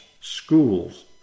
schools